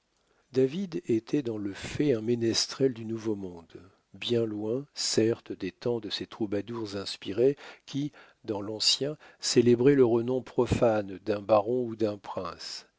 david était dans le fait un ménestrel du nouveau-monde bien loin certes des temps de ces troubadours inspirés qui dans l'ancien célébraient le renom profane d'un baron ou d'un prince